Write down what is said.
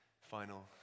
final